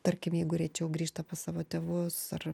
tarkim jeigu rečiau grįžta pas savo tėvus ar